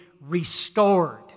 restored